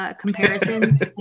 comparisons